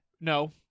No